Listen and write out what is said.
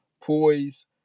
poise